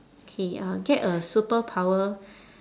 K uh get a superpower